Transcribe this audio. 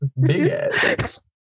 Big-ass